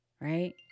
right